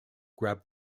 grabbed